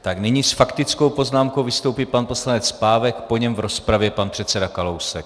Tak nyní s faktickou poznámkou vystoupí pan poslanec Pávek, po něm v rozpravě pan předseda Kalousek.